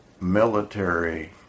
military